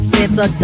Santa